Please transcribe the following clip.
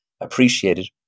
appreciated